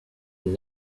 and